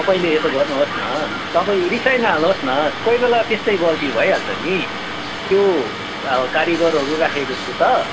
तपाईँले यसो गर्नुहोस् न तपाईँ रिसाइ न हाल्नुहोस् न कोहीबेला त्यस्तै गल्ती भइहाल्छ नि त्यो अब कारिगरहरू राखेको छु त